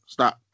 Stop